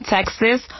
Texas